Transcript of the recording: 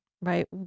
right